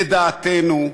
לדעתנו,